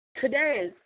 today